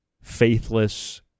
faithless